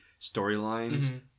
storylines